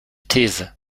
these